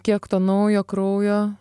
kiek to naujo kraujo